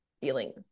feelings